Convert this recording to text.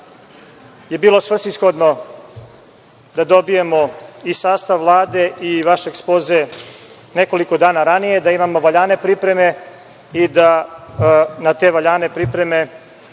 je bilo svrsishodno da dobijemo i sastav Vlade i vaš Ekspoze nekoliko dana ranije, da imamo valjane pripreme i da na te valjane pripreme